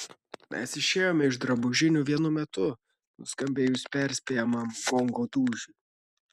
mes išėjome iš drabužinių vienu metu nuskambėjus perspėjamajam gongo dūžiui